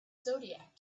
zodiac